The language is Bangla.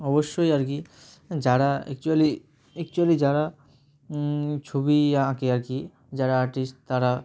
অবশ্যই আর কি যারা অ্যাকচুয়ালি অ্যাকচুয়ালি যারা ছবি আঁকে আর কি যারা আর্টিস্ট তারা